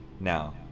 now